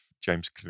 James